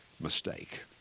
mistake